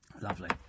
Lovely